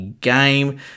game